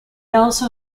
also